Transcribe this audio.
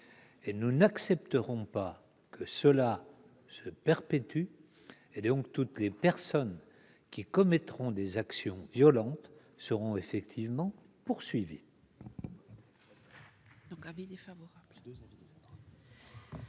Nous n'accepterons pas que cela se perpétue, et toutes les personnes qui commettront des actions violentes seront poursuivies.